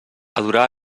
adorar